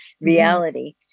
reality